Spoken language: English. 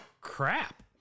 crap